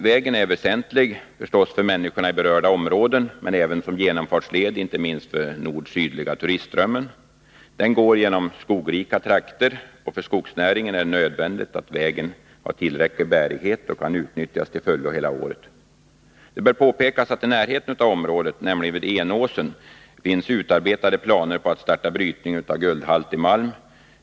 Vägen är naturligtvis väsentlig för människorna i berörda områden men även som genomfartsled, inte minst för den nord-sydliga turistströmmen. Den går genom skogrika trakter, och för skogsnäringen är det nödvändigt att vägen har tillräcklig bärighet och kan utnyttjas till fullo hela året. Det bör påpekas att det finns planer utarbetade på att starta brytning av att höja standarden på riksväg guldhaltig malm i närheten av området, nämligen vid Enåsen.